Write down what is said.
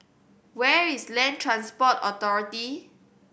where is Land Transport Authority